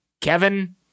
Kevin